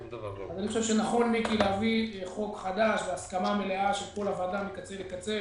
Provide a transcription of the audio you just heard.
אני חושב שנכון להביא חוק חדש בהסכמה מלאה של כל הוועדה מקצה לקצה,